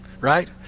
right